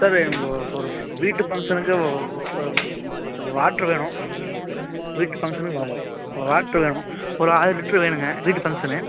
sir எனக்கு ஒ ஒரு வீட்டு ஃபங்க்ஷனுக்கு ஒரு வாட்டர் வேணும் வீட்டு ஃபங்க்ஷனுக்கு வா வா வாட்டர் வேணும் ஒரு ஆயிரம் லிட்டரு வேணுங்க வீட்டு ஃபங்க்ஷன்னு